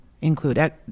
include